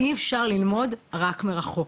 אי אפשר ללמוד רק מרחוק,